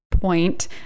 point